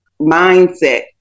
mindset